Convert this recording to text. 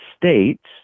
States